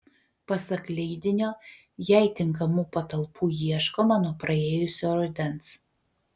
pasak leidinio jai tinkamų patalpų ieškoma nuo praėjusio rudens